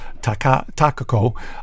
Takako